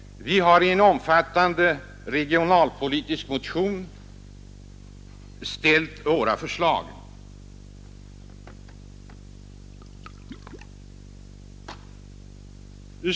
Vi har i en omfattande regionalpolitisk motion lagt fram våra förslag.